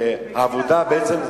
והעבודה בעצם,